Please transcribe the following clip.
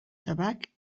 tabac